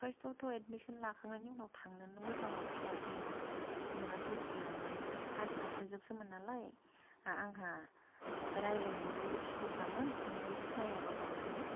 फार्स्टआवथ' admission लाखांनायनि उनाव थांनोनो मोजां मोनखायाखै मोन जेनेबा धुब्रिआव नों हारसाफोर जोबसोमोन नालाय आंहा रायज्लायनोबो उसुबिदा मोन आमफ्राय सिनायाबोमोन नालाय